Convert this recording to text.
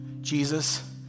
Jesus